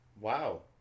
wow